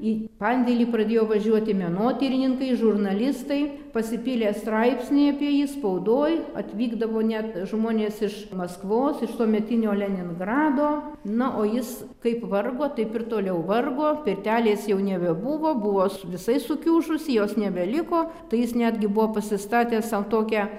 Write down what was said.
į pandėlį pradėjo važiuoti menotyrininkai žurnalistai pasipylė straipsniai apie jį spaudoj atvykdavo net žmonės iš maskvos iš tuometinio leningrado na o jis kaip vargo taip ir toliau vargo pirtelės jau nebebuvo buvo su visai sukiužusi jos nebeliko tai jis netgi buvo pasistatęs sau tokią